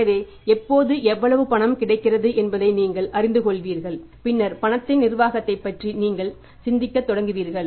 எனவே இப்போது எவ்வளவு பணம் கிடைக்கிறது என்பதை நீங்கள் அறிந்துகொள்வீர்கள் பின்னர் பணத்தின் நிர்வாகத்தைப் பற்றி நீங்கள் சிந்திக்கத் தொடங்குவீர்கள்